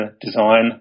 design